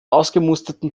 ausgemusterten